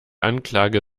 anklage